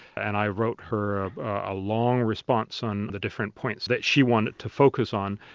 and i wrote her a long response on the different points that she wanted to focus on,